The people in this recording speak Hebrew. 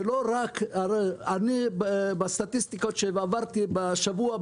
אני עברתי על הסטטיסטיקות מהשבוע.